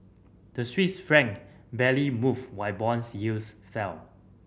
the Swiss franc barely moved while bonds yields fell